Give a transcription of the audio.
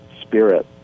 spirit